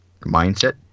mindset